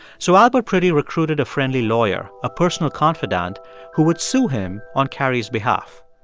so albert priddy recruited a friendly lawyer, a personal confidante who would sue him on carrie's behalf.